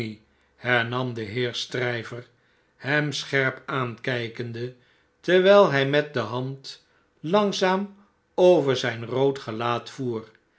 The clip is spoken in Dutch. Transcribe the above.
hernam de heer stryver hem scherp aankijkende terwijl hh met de hand langzaam over zijn rood gelaat voer